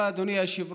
תודה, אדוני היושב-ראש.